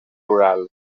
rural